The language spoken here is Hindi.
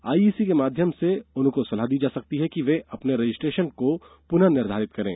आईईसी के माध्यम से उनको सलाह दी जा सकती है कि वे अपने रजिस्ट्रेशन को पुनः निर्धारित करें